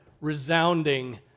resounding